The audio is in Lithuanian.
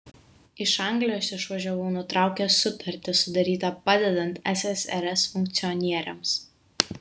iš anglijos išvažiavau nutraukęs sutartį sudarytą padedant ssrs funkcionieriams